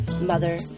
mother